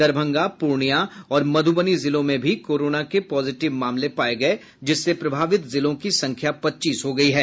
दरभंगा पूर्णिया और मध्रबनी जिलों में भी कोरोना के पॉजिटिव मामले पाये गये जिससे प्रभावित जिलों की संख्या पच्चीस हो गयी है